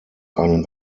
einen